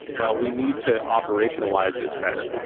well, we need to operationalize this better,